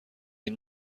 این